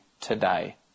today